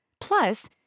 Plus